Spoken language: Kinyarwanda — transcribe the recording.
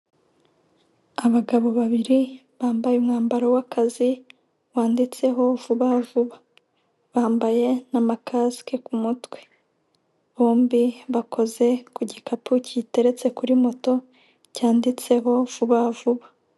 Abagabo babiri bambaye umwambaro w'akazi, wanditseho vuba vuba. Bambaye n'amakasike ku mutwe. Bombi bakoze ku gikapu kiteretse kuri moto, cyanditseho vuba vuba.